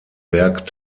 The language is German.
werk